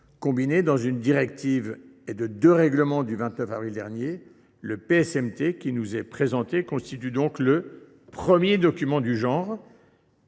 combinée dans une directive et deux règlements du 29 avril dernier, le PSMT qui nous est présenté constitue le premier document de ce